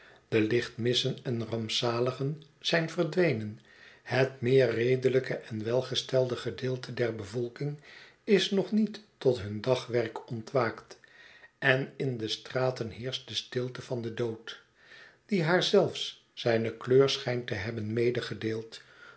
de lichtmissen en rampzaligen zijn verdwenen het meerredeujke en welgestelde gedeelte der bevolking is nog niet tot hun dagwerk ontwaakt en in de straten heerscht de stilte van den dood die haar zelfs zijne kleur schijnt te hebben